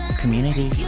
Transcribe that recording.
community